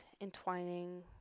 entwining